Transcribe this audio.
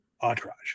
entourage